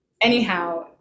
anyhow